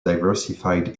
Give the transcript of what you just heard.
diversified